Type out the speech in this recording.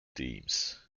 teams